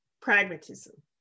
pragmatism